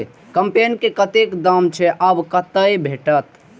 कम्पेन के कतेक दाम छै आ कतय भेटत?